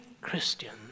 Christian